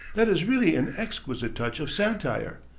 that is really an exquisite touch of satire.